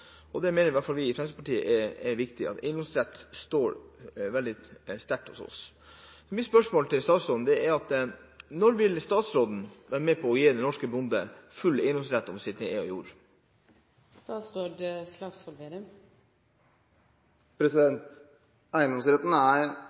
eiendom. Det mener i hvert fall vi i Fremskrittspartiet er viktig – eiendomsretten står veldig sterkt hos oss. Mitt spørsmål til statsråden er: Når vil statsråden være med på å gi den norske bonden full eiendomsrett over sin egen jord? Eiendomsretten er